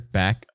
back